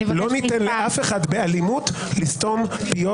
לא ניתן לאף אחד באלימות לסתום פיות